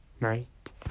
night